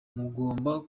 mugomba